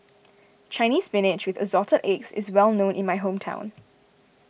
Chinese Spinach with Assorted Eggs is well known in my hometown